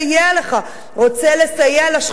רוצה לסייע לך,